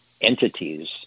entities